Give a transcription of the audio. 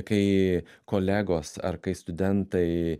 kai kolegos ar kai studentai